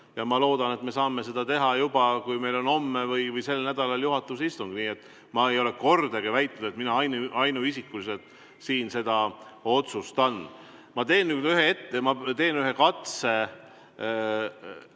ja ma loodan, et me saame seda teha juba siis, kui meil on homme või sellel nädalal juhatuse istung. Ma ei ole kordagi väitnud, et mina ainuisikuliselt seda otsustan. Ma teen nüüd ühe katse.